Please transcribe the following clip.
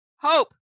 hope